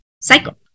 cycle